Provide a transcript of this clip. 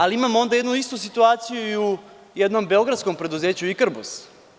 Ali imamo onda jednu istu situaciju u jednom beogradskom preduzeću „Ikarbus“